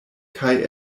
kaj